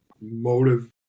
motive